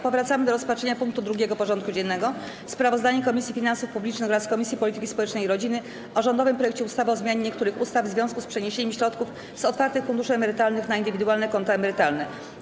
Powracamy do rozpatrzenia punktu 2. porządku dziennego: Sprawozdanie Komisji Finansów Publicznych oraz Komisji Polityki Społecznej i Rodziny o rządowym projekcie ustawy o zmianie niektórych ustaw w związku z przeniesieniem środków z otwartych funduszy emerytalnych na indywidualne konta emerytalne.